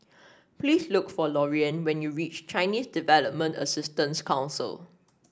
please look for Lorean when you reach Chinese Development Assistance Council